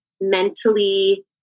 mentally